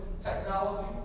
technology